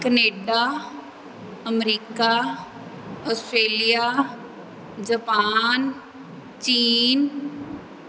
Canada America Australia Japan ਚੀਨ